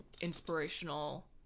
inspirational